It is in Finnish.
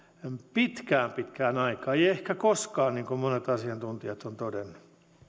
pitkään pitkään aikaan ei ehkä koskaan niin kuin monet asiantuntijat ovat todenneet